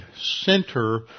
center